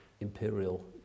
imperial